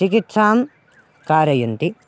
चिकित्सां कारयन्ति